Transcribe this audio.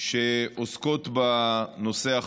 שעוסקות בנושא.